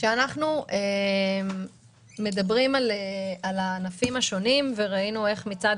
כשאנחנו מדברים על הענפים השונים ראינו איך מצד